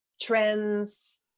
trends